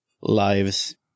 lives